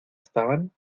estaban